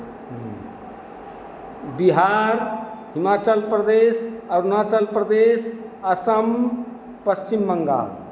Bihar Himachal Pradesh Arunachal Pradesh Assam Paschim Bengal